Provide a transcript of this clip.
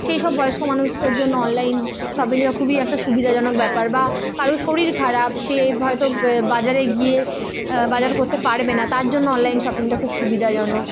সেইসব বয়স্ক মানুষদের জন্য অনলাইন শপিংয়ের খুবই একটা সুবিধাজনক ব্যাপার বা কারো শরীর খারাপ সে হয়তো বাজারে গিয়ে বাজার করততে পারবে না তার জন্য অনলাইন শপিংটা খুব সুবিধাজনক